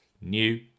new